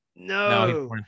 No